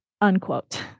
unquote